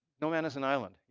no man is an island.